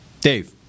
Dave